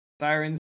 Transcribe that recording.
Sirens